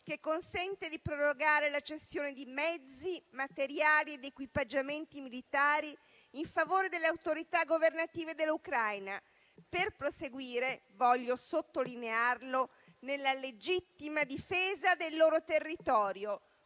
che consente di prorogare la cessione di mezzi, materiali ed equipaggiamenti militari in favore delle autorità governative dell'Ucraina, per proseguire - voglio sottolinearlo - nella legittima difesa del loro territorio,